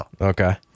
okay